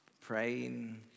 praying